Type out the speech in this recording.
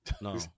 no